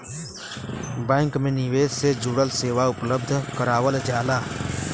bank में निवेश से जुड़ल सेवा उपलब्ध करावल जाला